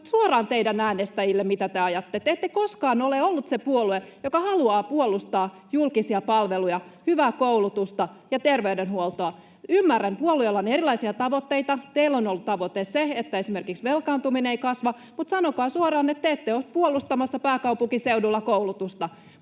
suoraan teidän äänestäjillenne, mitä te ajatte. Te ette koskaan ole ollut se puolue, joka haluaa puolustaa julkisia palveluja, hyvää koulutusta ja terveydenhuoltoa. Ymmärrän, että puolueilla on erilaisia tavoitteita. Teillä on ollut tavoite se, että esimerkiksi velkaantuminen ei kasva, mutta sanokaa suoraan, että te ette ole puolustamassa pääkaupunkiseudulla koulutusta.